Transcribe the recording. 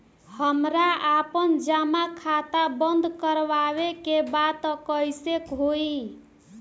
हमरा आपन जमा खाता बंद करवावे के बा त कैसे होई?